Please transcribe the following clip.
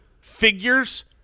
figures